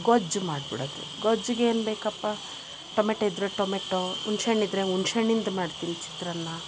ಗೊಜ್ಜು ಮಾಡ್ಬಿಡೋದು ಗೊಜ್ಜ್ಗೆ ಏನು ಬೇಕಪ್ಪ ಟೊಮೆಟೋ ಇದ್ದರೆ ಟೊಮೆಟೋ ಹುಣ್ಶೆ ಹಣ್ ಇದ್ದರೆ ಹುಣ್ಶೆ ಹಣ್ಣಿಂದ್ ಮಾಡ್ತೀನಿ ಚಿತ್ರಾನ್ನ